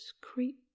creep